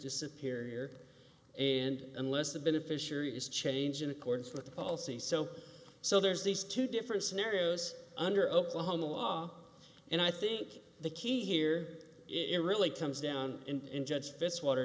disappear and unless the beneficiary is change in accordance with the policy so so there's these two different scenarios under oklahoma law and i think the key here it really comes down and judge fis water